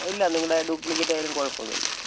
ഇല്ല നിങ്ങളുടെ ഡ്യൂപ്ലിക്കേറ്റ് ആയാലും കുഴപ്പമൊന്നുമില്ല